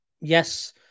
yes